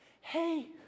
Hey